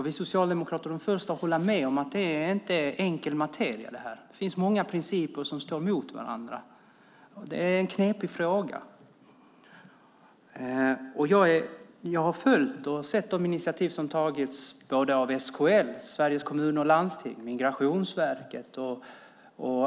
Vi socialdemokrater är de första att hålla med om att det här inte är enkelt. Det finns många principer som står mot varandra. Det är en knepig fråga. Jag har sett och följt de initiativ som har tagits av Sveriges Kommuner och Landsting och Migrationsverket.